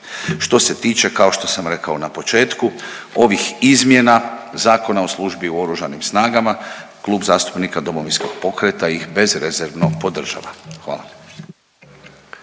Što se tiče kao što sam rekao na početku, ovih izmjena Zakona o službi u oružanim snagama, Klub zastupnika Domovinskog pokreta ih bezrezervno podržava. Hvala.